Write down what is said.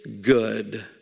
good